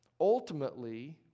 ultimately